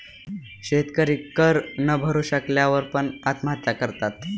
शेतकरी कर न भरू शकल्या वर पण, आत्महत्या करतात